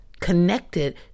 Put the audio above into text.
connected